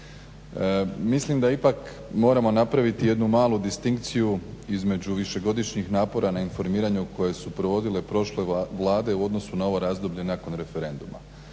Mislim da ipak moramo napraviti jednu malu distinkciju između višegodišnjih napora na informiranju koje su provodile prošle Vlade u odnosu na ovo razdoblje nakon referenduma